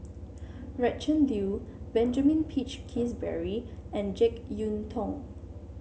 Gretchen Liu Benjamin Peach Keasberry and JeK Yeun Thong